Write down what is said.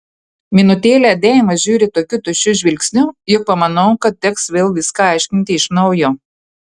minutėlę deima žiūri tokiu tuščiu žvilgsniu jog pamanau kad teks vėl viską aiškinti iš naujo